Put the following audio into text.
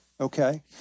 okay